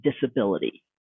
disability